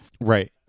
Right